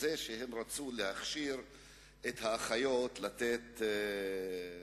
בכך שרצו להכשיר את האחיות לתת מרשמים.